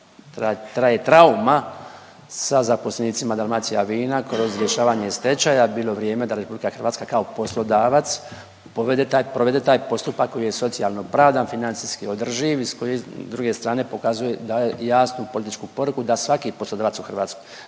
traje trauma sa zaposlenicima Dalmacija vina kroz rješavanje stečaja bilo vrijeme da Republika Hrvatska kao poslodavac provede taj postupak koji je socijalno opravdan, financijski održiv, koji s druge strane pokazuje daje jasnu političku poruku da svaki poslodavac u Hrvatskoj